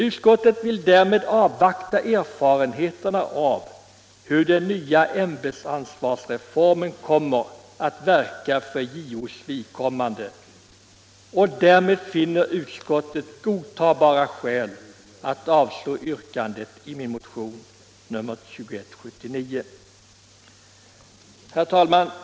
Utskottet vill avvakta erfarenheterna av hur = Nr 24 den nya ämbetsansvarsreformen kommer att verka för JO:s vidkomman Onsdagen den de, och därmed finner utskottet godtagbara skäl att avstyrka yrkandet 19 november 1975 i min motion nr 2179. Herr talman!